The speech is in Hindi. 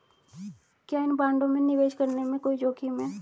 क्या इन बॉन्डों में निवेश करने में कोई जोखिम है?